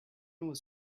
was